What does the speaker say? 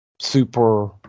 Super